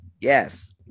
Yes